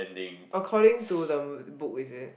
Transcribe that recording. according to the book is it